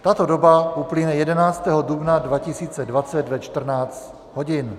Tato doba uplyne 11. dubna 2020 ve 14. hodin.